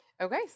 Okay